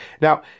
now